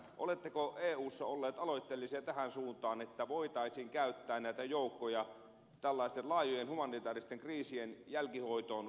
oletteko eussa olleet aloitteellisia tähän suuntaan että voitaisiin käyttää näitä joukkoja tällaisten laajojen humanitääristen kriisien jälkihoitoon